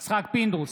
יצחק פינדרוס,